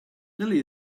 lily